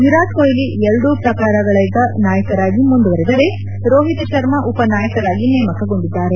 ವಿರಾಟ್ ಕೊಹ್ಲಿ ಎರಡೂ ಪ್ರಕಾರಗಳಿಗೂ ನಾಯಕರಾಗಿ ಮುಂದುವರಿದರೆ ರೋಹಿತ್ ಶರ್ಮಾ ಉಪನಾಯಕರಾಗಿ ನೇಮಕಗೊಂಡಿದ್ದಾರೆ